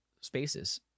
Spaces